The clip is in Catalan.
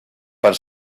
per